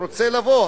רוצה לבוא,